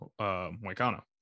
Moicano